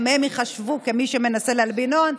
גם הם ייחשבו למי שמנסה להלבין הון.